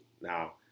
Now